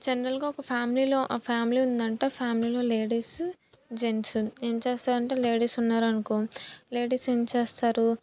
జనరల్గా ఒక ఫ్యామిలీలో ఫ్యామిలీ ఉందంటే ఫ్యామిలీలో లేడీసు జెంట్స్ ఏం చేస్తారంటే లేడీస్ ఉన్నారనుకో లేడీస్ ఏం చేస్తారు